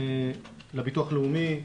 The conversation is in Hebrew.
לביטוח לאומי.